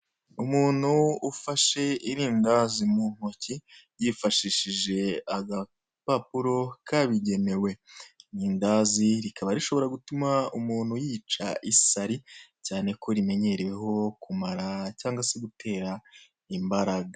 Umuntu ufashe irindazi mu ntoki yifashishije agapapuro, kabigenewe irindazi rikaba rishobora gutuma umuntu yica isari, cyane ko rimenyewe kumara cyangwa gutera imbaraga.